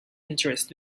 interest